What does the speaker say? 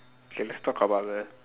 okay let's talk about the